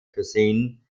cuisine